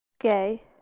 Gay